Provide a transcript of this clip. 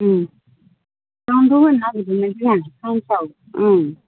ओं बेयावनोथ' होनो नागिरदोंमोन जोंहा साइन्सआव